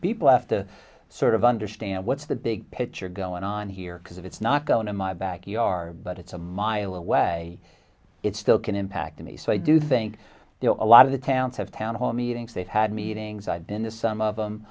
people left to sort of understand what's the big picture going on here because if it's not going in my backyard but it's a mile away it still can impact on the so i do think a lot of the towns have town hall meetings they've had meetings i've been to some of them